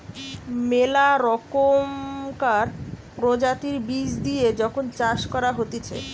মেলা রকমকার প্রজাতির বীজ দিয়ে যখন চাষ করা হতিছে